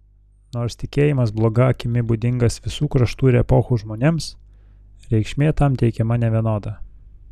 nors tikėjimas bloga akimi būdingas visų kraštų ir epochų žmonėms reikšmė tam teikiama nevienoda